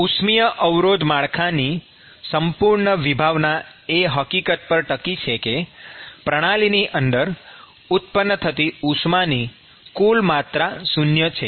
ઉષ્મિય અવરોધ માળખાની સંપૂર્ણ વિભાવના એ હકીકત પર ટકી છે કે પ્રણાલીની અંદર ઉત્પન્ન થતી ઉષ્માની કુલ માત્રા ૦ શૂન્ય છે